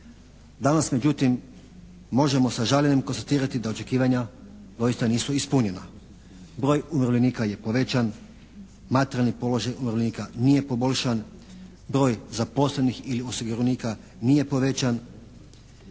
Danas međutim možemo sa žaljenjem konstatirati da očekivanja doista nisu ispunjena. Broj umirovljenika je povećan, materijalni položaj umirovljenika nije poboljšan, broj zaposlenih ili osiguranika nije povećan,